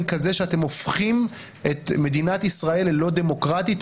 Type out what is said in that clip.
כזה שאתם הופכים את מדינת ישראל ללא דמוקרטית.